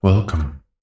Welcome